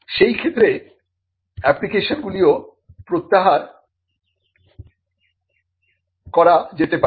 সেই ক্ষেত্রে অ্যাপ্লিকেশন গুলিও প্রত্যাহার করা যেতে পারে